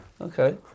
Okay